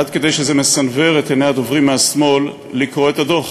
עד כדי שזה מסנוור את עיני הדוברים משמאל בקוראם את הדוח.